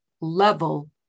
level